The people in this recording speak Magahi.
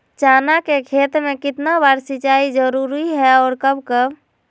चना के खेत में कितना बार सिंचाई जरुरी है और कब कब?